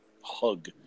hug